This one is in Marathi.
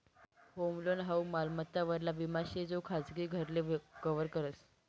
होम लोन हाऊ मालमत्ता वरला विमा शे जो खाजगी घरले कव्हर करस